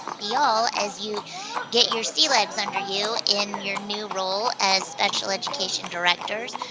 y'all, as you get your sea legs under you in your new role as special education directors,